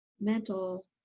mental